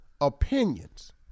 opinions